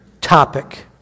topic